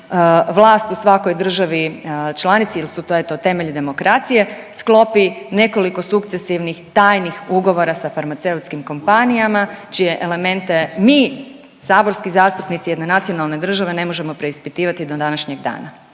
vlast u svakoj državi članici jer su to eto temelji demokracije, sklopi nekoliko sukcesivnih tajnih ugovora sa farmaceutskim kompanijama, čije elemente mi saborski zastupnici jedne nacionalne države, ne možemo preispitivati do današnjeg dana.